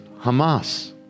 hamas